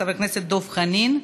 חבר הכנסת דב חנין,